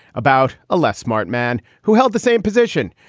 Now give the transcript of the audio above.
about a less smart man who held the same position.